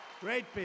Great